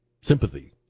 sympathy